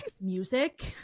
music